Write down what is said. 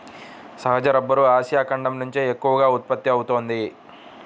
సహజ rubber Asia ఖండం నుంచే ఎక్కువగా ఉత్పత్తి అవుతోంది